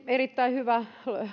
erittäin hyvä